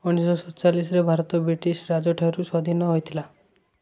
ଉଣେଇଶଶହ ସତଚାଳିଶରେ ଭାରତ ବ୍ରିଟିଶ ରାଜଠାରୁ ସ୍ୱାଧୀନ ହୋଇଥିଲା